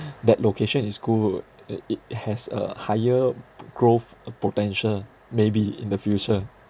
that location is good it it has a higher growth uh potential maybe in the future